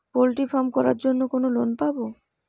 Poultry farm করার জন্য কোন লোন পাব?